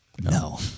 No